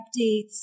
updates